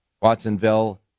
Watsonville